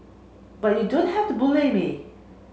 but you don't have to bully me